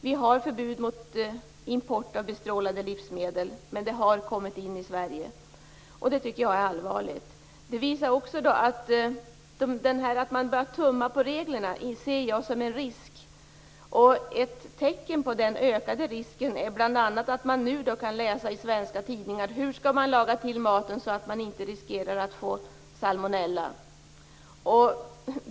Vi har förbud mot import av bestrålade livsmedel, men sådana har ändå kommit in i Sverige, och det är oroande. Jag ser det förhållandet att man börjar tumma på reglerna som en risk. Ett tecken på denna ökade risk är att det nu i svenska tidningar börjar skrivas om hur vi skall laga till maten för att inte riskera att få salmonella.